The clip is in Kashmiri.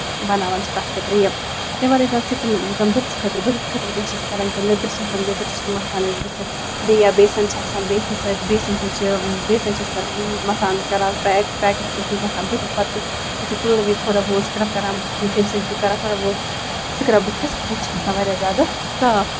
بَناوان چھِ تَتھ خٲطرٕ یہِ تَمہِ وَرٲے زَن سِکِن یُس زَن بٕتِھس خٲطرٕ بٕتھِس خٲطرٕ کیاہ چھِ أسۍ کران یُس زَن لیدٕر چھِ آسان لیدٕر چھِ مَتھان أسۍ بٕتھِس بیٚیہِ یا بیسَن چھ آسان بیسنہِ سۭتۍ چھِ بیسَن چھِ کران أسۍ یوٗز مَتھان کران پیک پیکٕکۍ پٲٹھۍ مَتھان بٕتھِس پَتہٕ یِتھُے تُلنہٕ وِزِ تھوڑا بہت سٕکرب کران تَمہِ سۭتۍ کران تھوڑا بہت سٕکرب بٕتھِس بُتھ چھُ گژھان واریاہ زیادٕ صاف